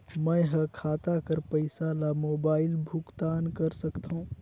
मैं ह खाता कर पईसा ला मोबाइल भुगतान कर सकथव?